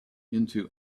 into